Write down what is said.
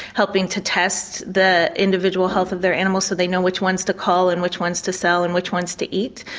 helping to test the individual health of their animals so they know which ones to cull and which ones to sell and which ones to eat.